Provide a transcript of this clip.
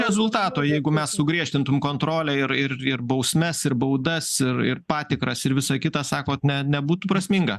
rezultato jeigu mes sugriežtintum kontrolę ir ir ir bausmes ir baudas ir ir patikras ir visa kita sakot ne nebūtų prasminga